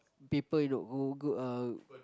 people look good uh